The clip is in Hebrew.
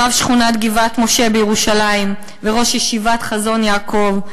רב שכונת גבעת-משה בירושלים וראש ישיבת "חזון יעקב",